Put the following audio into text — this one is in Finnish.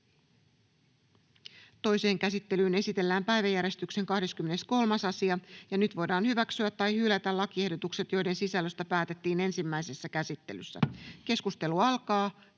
Toiseen käsittelyyn esitellään päiväjärjestyksen 12. asia. Nyt voidaan hyväksyä tai hylätä lakiehdotukset, joiden sisällöstä päätettiin ensimmäisessä käsittelyssä. — Keskustelu alkaa.